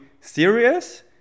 serious